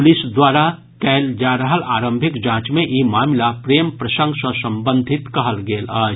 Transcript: police द्वारा कयल जा रहल आरंभिक जांच मे ई मामिला प्रेम प्रसंग सँ संबंधित कहल गेल अछि